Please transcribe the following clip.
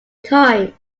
time